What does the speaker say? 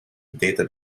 data